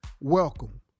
welcome